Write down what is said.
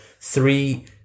three